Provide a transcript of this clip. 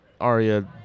Arya